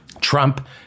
Trump